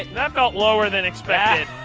that felt lower than expected.